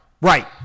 Right